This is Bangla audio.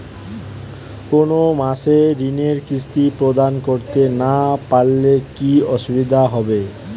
কোনো মাসে ঋণের কিস্তি প্রদান করতে না পারলে কি অসুবিধা হবে?